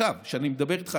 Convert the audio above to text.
כשאני מדבר איתך,